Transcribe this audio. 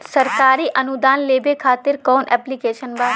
सरकारी अनुदान लेबे खातिर कवन ऐप्लिकेशन बा?